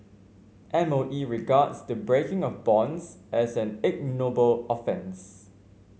M O E regards the breaking of bonds as an ignoble offence